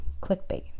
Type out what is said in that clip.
Clickbait